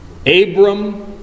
Abram